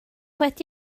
wedi